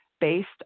based